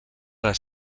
les